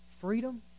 freedom